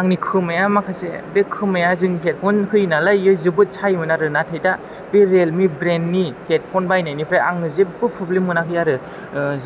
आंनि खोमाया माखासे बे खोमाया हेदफन होयो नालाय बियो जोबोत सायो आरो ना नाथाय दा बे रिलमि हेदफन बायनायनिफ्राय आङो जेबो प्रब्लेम मोनाखै आरो